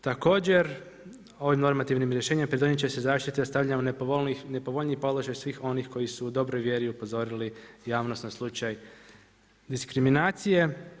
Također, ovim normativnim rješenjem pridonijeti će se zaštiti u stavljanju nepovoljniji položaj svih onih koji su u dobroj vjeri upozorili javnost na slučaj diskriminacije.